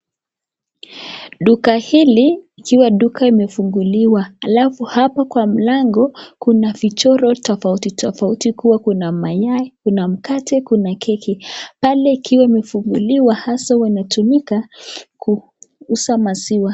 Duka hili, ikwa duka imefunguliwa halafu hapa kwa mlango kuna vichoro tofauti tofauti kuwa kuna mayai, kuna mkate, kuna keki. Pale ikiwa imefunguliwa haswa huwa inatumika kuuza maziwa.